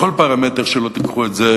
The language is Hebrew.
בכל פרמטר שלא תיקחו את זה,